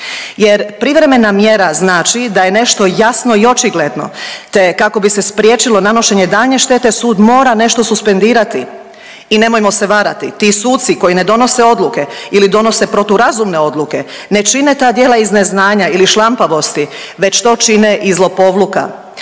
jer privremena mjera znači da je nešto jasno i očigledno te kako bi se spriječilo nanošenje daljnje štete sud mora nešto suspendirati. I nemojmo se varati, ti suci koji ne donose odluke ili donose protu razumne odluke ne čine ta djela iz neznanja ili šlampavosti već to čine iz lopovluka,